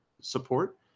support